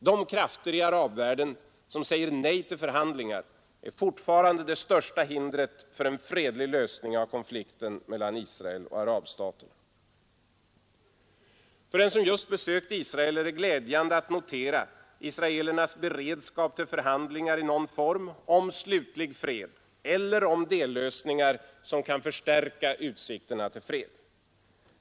De krafter i arabvärlden som säger nej till förhandlingar är fortfarande det största hindret för en fredlig lösning av konflikten mellan Israel och arabstaterna. För den som just besökt Israel är det glädjande att notera israelernas beredskap till förhandlingar i någon form om slutlig fred eller om dellösningar som kan förstärka utsikterna till fred.